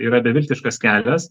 yra beviltiškas kelias